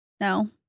No